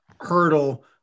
hurdle